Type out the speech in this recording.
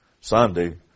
Sunday